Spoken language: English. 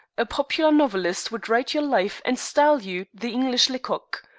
a popular novelist would write your life and style you the english lecocq.